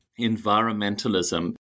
environmentalism